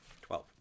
Twelve